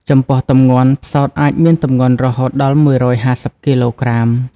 ចំពោះទម្ងន់ ផ្សោតអាចមានទម្ងន់រហូតដល់ ១៥០ គីឡូក្រាម។